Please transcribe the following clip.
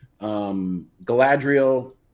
Galadriel